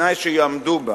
בתנאי שיעמדו בה: